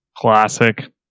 Classic